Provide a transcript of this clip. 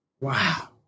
wow